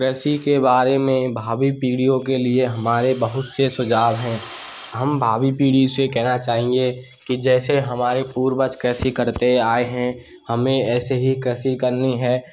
कृषि के बारे में भावी पीढ़ियों के लिए हमारे बहुत से सुझाव हैं हम भावी पीढ़ी से कहना चाहेंगे कि जैसे हमारे पूर्वज कृषि करते आए हैं हमे ऐसे ही कृषि करनी हैं